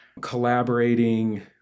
collaborating